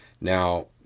Now